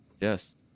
yes